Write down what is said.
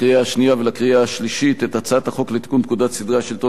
את הצעת החוק לתיקון פקודת סדרי השלטון והמשפט (מס' 20),